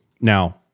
Now